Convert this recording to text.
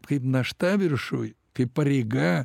kaip našta viršuj kaip pareiga